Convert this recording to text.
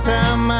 Time